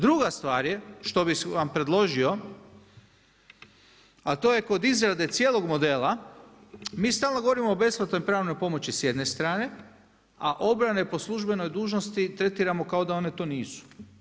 Druga stvar je što bih vam predložio a to je kod izrade cijelog modela, mi stalno govorimo o besplatnoj pravnoj pomoći s jedne strane a obrane po službenoj dužnosti tretiramo kao da one to nisu.